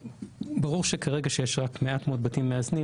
ברור שכרגע יש רק מעט מאוד בתים מאזנים,